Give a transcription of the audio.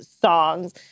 songs